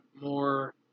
more